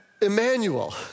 Emmanuel